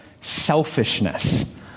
selfishness